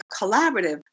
collaborative